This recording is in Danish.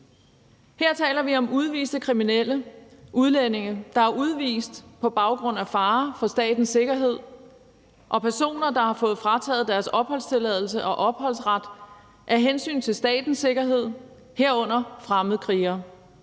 Her taler vi om udviste kriminelle udlændinge, der er udvist på grund af fare for statens sikkerhed, og personer, der har fået frataget deres opholdstilladelse og opholdsret af hensyn til statens sikkerhed, herunder fremmedkrigere.